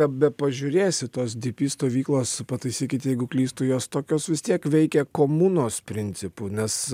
bepažiūrėsi tos dypy stovyklos pataisykit jeigu klystu jos tokios vis tiek veikia komunos principu nes